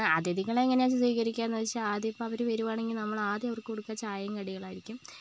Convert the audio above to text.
അതിഥികളെ എങ്ങനെയാന്ന് വെച്ചാൽ സ്വീകരിക്കുക എന്ന് വെച്ചാൽ അതിപ്പം അവര് വരികയാണെങ്കിൽ നമ്മള് ആദ്യം അവർക്ക് കൊടുക്കുക ചായയും കടികളും ആയിരിക്കും